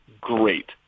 great